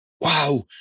Wow